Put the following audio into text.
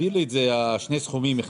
שני סכומים אחד